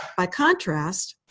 by contrast,